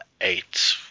eight